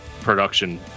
production